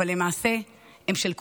אבל למעשה הם של כולנו.